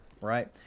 right